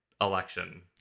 election